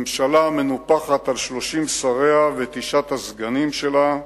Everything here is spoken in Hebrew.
ממשלה מנופחת על 30 שריה ותשעת הסגנים שלה.